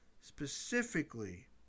specifically